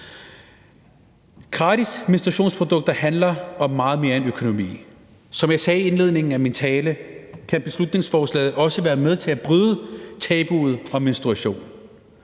Gratis menstruationsprodukter handler om meget mere end økonomi. Som jeg sagde i indledningen af min tale, kan beslutningsforslaget også være med til at bryde tabuet om menstruation.